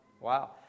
Wow